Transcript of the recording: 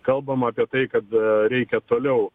kalbama apie tai kad reikia toliau